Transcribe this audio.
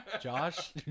Josh